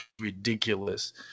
ridiculous